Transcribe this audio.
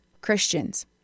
Christians